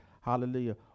Hallelujah